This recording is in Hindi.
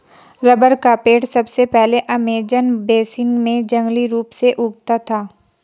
रबर का पेड़ सबसे पहले अमेज़न बेसिन में जंगली रूप से उगता था